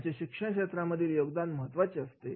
त्याचे शिक्षण क्षेत्रामध्ये योगदान महत्त्वाचे असते